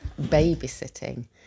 babysitting